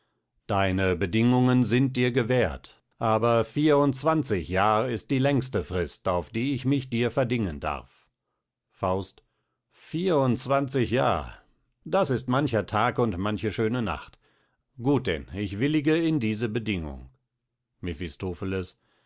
deine bedingungen sind dir gewährt aber vier und zwanzig jahr ist die längste frist auf die ich mich dir verdingen darf faust vier und zwanzig jahr das ist mancher tag und manche schöne nacht gut denn ich willige in diese bedingung mephistopheles